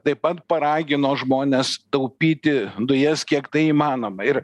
taip pat paragino žmones taupyti dujas kiek tai įmanoma ir